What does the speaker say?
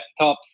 laptops